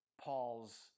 Paul's